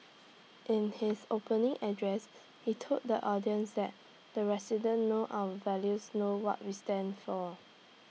in his opening address he told the audience that the residents know our values know what we stand for